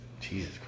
Jesus